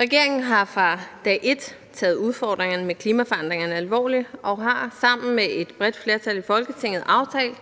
Regeringen har fra dag et taget udfordringerne med klimaforandringerne alvorligt og har sammen med et bredt flertal i Folketinget aftalt,